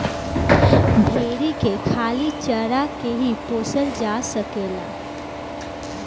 भेरी के खाली चारा के ही पोसल जा सकेला